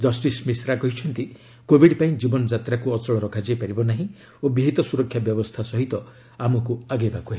justice Mishra କହିଛନ୍ତି covid ପାଇଁ ଜୀବନଯାତ୍ରାକୁ ଅଚଳ ରଖାଯାଇପାରିବ ନାହିଁ ଓ ବିହିତ ସୁରକ୍ଷା ବ୍ୟବସ୍ଥା ସହିତ ଆମକୁ ଆଗେଇବାକୁ ହେବ